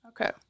okay